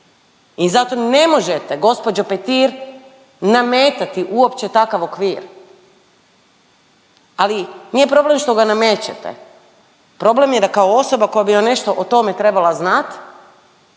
i zato ne možete gđo. Petir nametati uopće takav okvir. Ali nije problem što ga namećete, problem je da kao osoba koja bi nešto o tome trebala znat